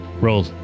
Roll